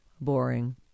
boring